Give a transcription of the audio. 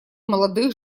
молодых